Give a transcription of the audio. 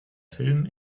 film